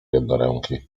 jednoręki